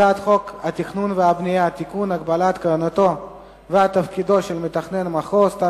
הצעת חוק לתיקון פקודת תעריף המכס והפטורים (פטור ממס לעמותה),